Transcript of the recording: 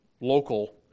local